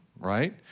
Right